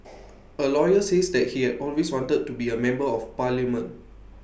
A lawyer says that he had always wanted to be A member of parliament